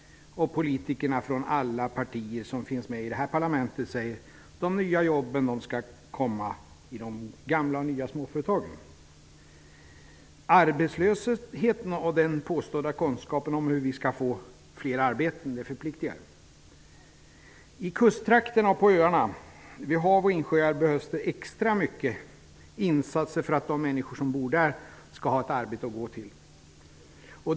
Politiker från alla partier som finns representerade i detta parlament säger: De nya jobben skall komma i de gamla och nya småföretagen. Arbetslösheten och den påstådda kunskapen om hur vi skall få fler arbeten förpliktigar. I kusttrakterna, på öarna, vid hav och insjöar behövs det extra mycket insatser för att de människor som bor där skall ha ett arbete att gå till.